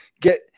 get